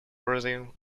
brazil